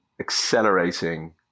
accelerating